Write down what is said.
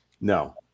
no